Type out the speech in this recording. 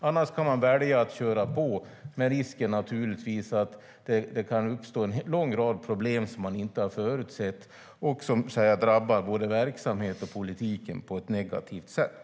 Annars kan man välja att köra på, med risken att det uppstår en lång rad problem som man inte har förutsett och som drabbar både verksamheten och politiken på ett negativt sätt.